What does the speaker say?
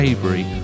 Avery